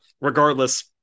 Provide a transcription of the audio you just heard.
regardless